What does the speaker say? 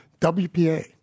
WPA